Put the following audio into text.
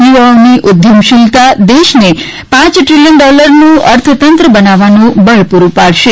યુવાઓની ઉદ્યમશિલતા દેશને પાંચ ટ્રિલિયન ડોલરની અર્થતંત્ર બનાવવામાં બળ પૂરુ પાડશે